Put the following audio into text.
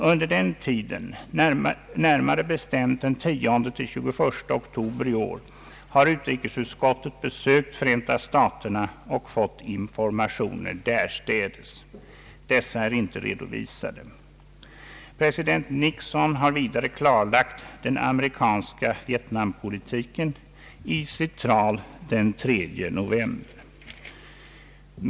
Under den tiden, närmare bestämt den 10—21 oktober i år, har utrikesutskottet besökt Förenta staterna och fått informationer därstädes. Dessa är inte redovisade. President Nixon har vidare klarlagt den amerikanska Vietnampolitiken i sitt tal den 3 november.